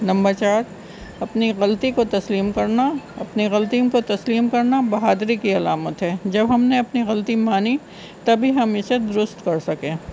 number چار اپنی غلطی کو تسلیم کرنا اپنی غلطی کو تسلیم کرنا بہادری کی علامت ہے جب ہم نے اپنی غلطی مانی تبھی ہم اسے درست کر سکیں